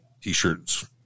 t-shirts